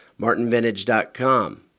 martinvintage.com